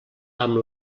amb